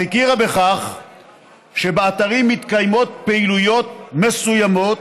אך הכירה בכך שבאתרים מתקיימות פעילויות מסוימות